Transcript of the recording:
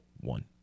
one